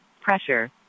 Pressure